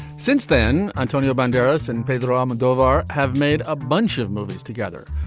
since then antonio banderas and pedro almodovar have made a bunch of movies together.